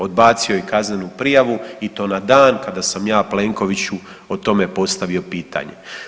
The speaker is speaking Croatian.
Odbacio je i kaznenu prijavu i to na dan kada sam ja Plenkoviću o tome postavio pitanje.